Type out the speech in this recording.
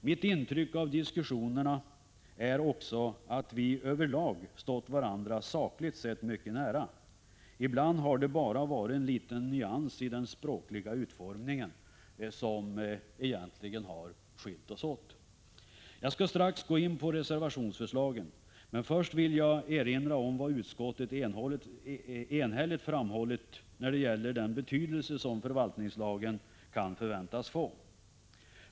Mitt intryck av diskussionerna är också att vi över lag stått varandra sakligt sett mycket nära. Ibland har det bara varit en liten nyans i den språkliga utformningen som egentligen har skilt oss åt. Jag skall strax gå in på reservationsförslagen, men först vill jag erinra om vad utskottet enhälligt framhållit när det gäller den betydelse som förvaltningslagen kan förväntas få.